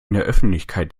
öffentlichkeit